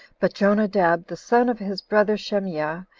but jonadab, the son of his brother shemeah,